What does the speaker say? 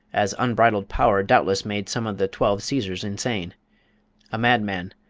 as unbridled power doubtless made some of the twelve caesars insane a madman,